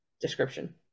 description